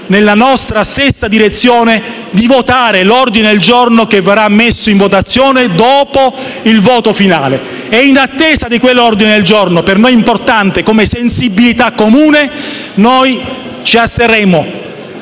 nella nostra stessa direzione di votare l'ordine del giorno G1, che verrà messo in votazione dopo la mozione. In attesa di quell'ordine al giorno, per noi importante, come sensibilità comune, noi ci asterremo